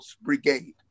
Brigade